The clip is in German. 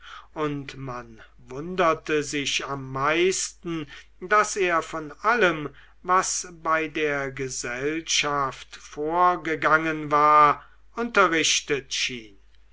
und man wunderte sich am meisten daß er von allem was bei der gesellschaft vorgegangen war unterrichtet schien